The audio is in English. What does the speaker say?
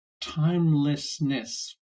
timelessness